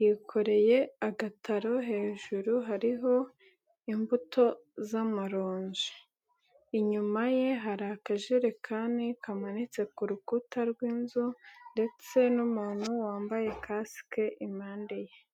yikoreye agataro hejuru hariho imbuto z'amaronji, inyuma ye hari akajerekani kamanitse ku rukuta rw'inzu ndetse n'umuntu wambaye kasike impande ye.